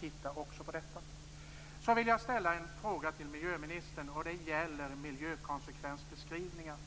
titta närmare också på detta. Jag vill ställa en fråga till miljöministern om miljökonsekvensbeskrivningarna.